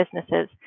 businesses